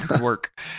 work